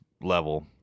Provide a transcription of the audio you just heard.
level